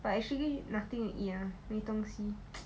but actually nothing to eat ah 没东西